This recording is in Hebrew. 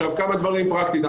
עכשיו כמה דברים פרקטיים.